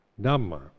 Dhamma